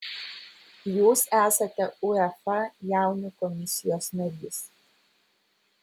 jūs esate uefa jaunių komisijos narys